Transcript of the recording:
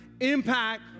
impact